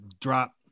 drop